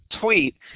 Tweet